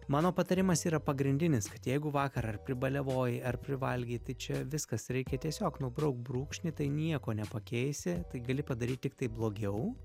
mano patarimas yra pagrindinis kad jeigu vakar ar pribalevojai ar privalgei tai čia viskas reikia tiesiog nubraukt brūkšnį tai nieko nepakeisi tai gali padaryt tiktai blogiau